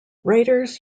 writers